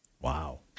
Wow